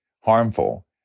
harmful